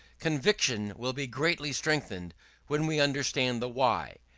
conviction will be greatly strengthened when we understand the why.